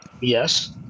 Yes